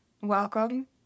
welcome